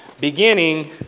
beginning